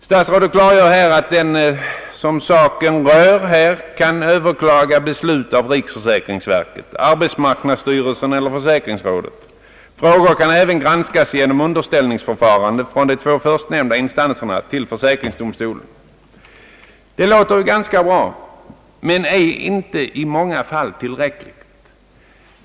Statsrådet klargör att den, som saken rör, kan överklaga beslut av riksförsäkringsverket, arbetsmarknadsstyrelsen eller försäkringsrådet. Fall kan även granskas genom underställningsförfarande från de två förstnämnda instanserna = till — försäkringsdomstolen. Det låter bra, men i många fall är det inte tillräckligt.